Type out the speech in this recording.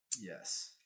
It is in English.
yes